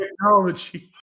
technology